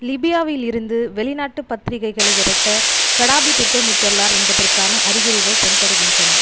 லிபியாவில் இருந்து வெளிநாட்டுப் பத்திரிகைகளை விரட்ட கடாபி திட்டமிட்டுள்ளார் என்பதற்கான அறிகுறிகள் தென்படுகின்றன